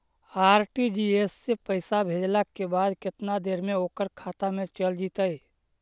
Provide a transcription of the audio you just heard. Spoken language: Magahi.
आर.टी.जी.एस से पैसा भेजला के बाद केतना देर मे ओकर खाता मे चल जितै?